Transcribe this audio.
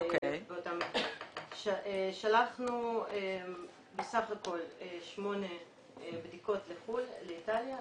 שלחנו בסך הכל 8 בדיקות לאיטליה,